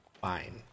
fine